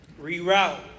reroute